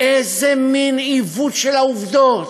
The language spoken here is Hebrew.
איזה מין עיוות של העובדות.